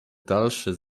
dalszy